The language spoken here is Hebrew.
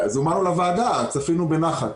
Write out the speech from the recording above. אז אומר לוועדה, צפינו בנחת.